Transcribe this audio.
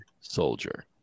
soldier